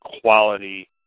quality